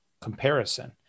comparison